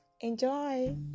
enjoy